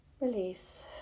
release